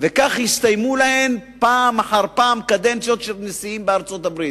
וכך הסתיימו להן פעם אחר פעם קדנציות של נשיאים בארצות-הברית,